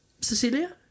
Cecilia